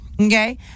Okay